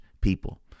people